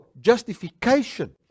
justification